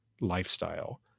lifestyle